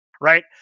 right